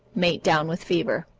mate down with fever.